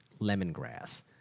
lemongrass